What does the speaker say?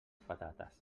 patates